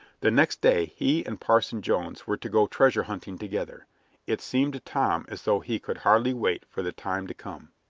the next day he and parson jones were to go treasure-hunting together it seemed to tom as though he could hardly wait for the time to come.